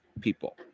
people